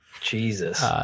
Jesus